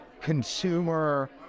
consumer